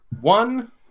one